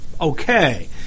okay